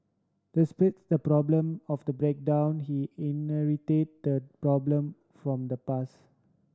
despite the problem of the breakdown he inherited the problem from the past